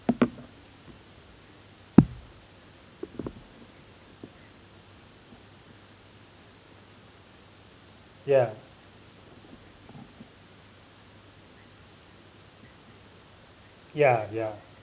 ya ya ya